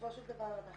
בסופו של דבר אנחנו